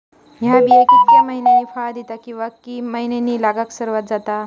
हया बिया कितक्या मैन्यानी फळ दिता कीवा की मैन्यानी लागाक सर्वात जाता?